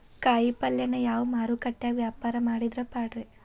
ಕಾಯಿಪಲ್ಯನ ಯಾವ ಮಾರುಕಟ್ಯಾಗ ವ್ಯಾಪಾರ ಮಾಡಿದ್ರ ಪಾಡ್ರೇ?